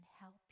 help